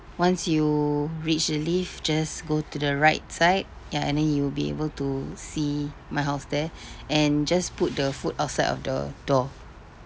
once you reach the lift just go to the right side ya and then you will be able to see my house there and just put the food outside of the door